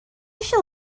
shall